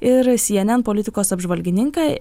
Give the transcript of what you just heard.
ir cnn politikos apžvalgininką